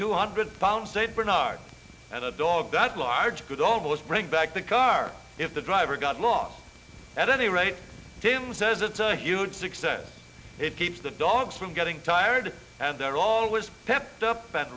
two hundred pound st bernard and a dog that large could almost bring back the car if the driver got lost at any rate james says it's a huge success it keeps the dogs from getting tired and they're always